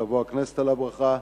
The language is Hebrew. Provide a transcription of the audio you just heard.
ותבוא הכנסת על הברכה.